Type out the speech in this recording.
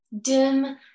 dim